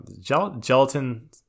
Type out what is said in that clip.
Gelatin